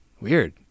Weird